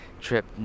trip